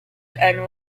and